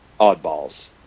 oddballs